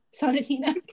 Sonatina